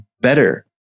better